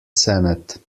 senate